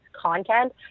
content